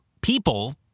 people